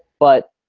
but